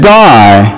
die